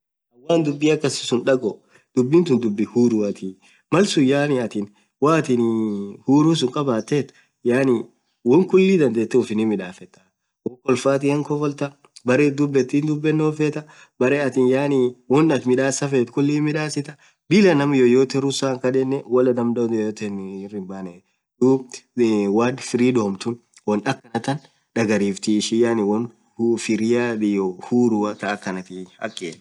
won anin dhubii akasisun dhagho dhub thun dhubi huruathi malsun yaani athin woo athinii hurruu suun khabthethu yaani won khulii dhadhethe ufin hinmidhafetha woo kholfathia hinkhofoltha berre itdhubethu dhubeno hinfetha berre athin won athin midhasa feth khulii hinmidhasitha Bila naam yoyote rusah khadhen walah n yoyote irr hinbanne dhub world freedom thun won akhanatha dhagariftii ishin yaani won freeaffa iyyo uhurua thaa akhanathi hakhian